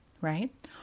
right